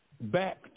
back